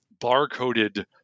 bar-coded